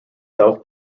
self